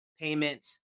payments